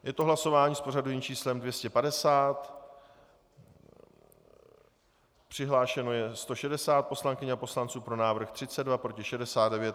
Je to hlasování s pořadovým číslem 250, přihlášeno je 160 poslankyň a poslanců, pro návrh 32, proti 69.